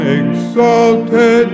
exalted